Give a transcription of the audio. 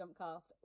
Jumpcast